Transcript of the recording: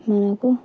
మనకు